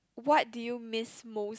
what do you miss most